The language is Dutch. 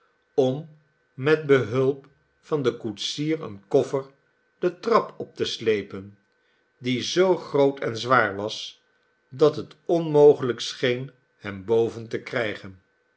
om met hulp van den koetsier een koffer de trap op te slepen die zoo groot en zwaar was dat het onmogelijk scheen hem boven te krijgen